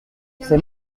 c’est